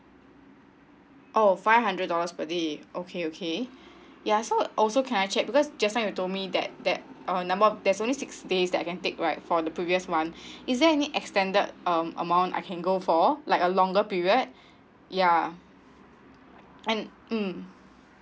oh five hundred dollars per day okay okay ya so also can I check because just now you told me that that our number of there's only six days that I can take right for the previous month is there any extended um amount I can go for like a longer period ya and mm